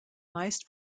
meist